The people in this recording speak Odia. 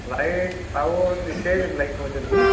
ଲାଇଟ୍ ସାଉଣ୍ଡ୍ ଲାଗି କହୁଛନ୍ତି କି